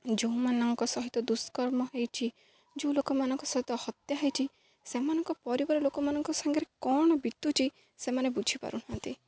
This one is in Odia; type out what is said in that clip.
ଯୋଉମାନଙ୍କ ସହିତ ଦୁଷ୍କର୍ମ ହେଇଛିି ଯୋଉ ଲୋକମାନଙ୍କ ସହିତ ହତ୍ୟା ହେଇଛି ସେମାନଙ୍କ ପରିବାର ଲୋକମାନଙ୍କ ସାଙ୍ଗରେ କ'ଣ ବିତୁଛି ସେମାନେ ବୁଝିପାରୁନାହାନ୍ତି